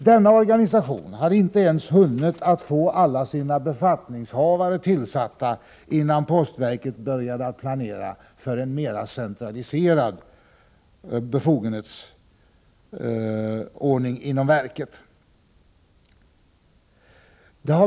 Denna organisation hade inte ens hunnit att få alla sina befattningshavare tillsatta innan postverket började att planera för en mer centraliserad befogenhetsordning inom verket.